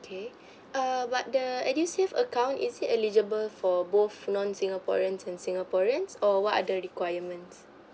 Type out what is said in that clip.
okay err but the edusave account is it eligible for both non singaporeans and singaporeans or what are the requirements